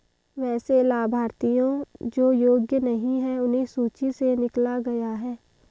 वैसे लाभार्थियों जो योग्य नहीं हैं उन्हें सूची से निकला गया है